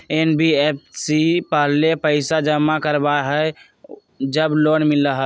NBFC पहले पईसा जमा करवहई जब लोन मिलहई?